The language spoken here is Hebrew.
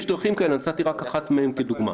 יש דרכים כאלו, ונתתי רק אחת מהן כדוגמה.